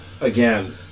again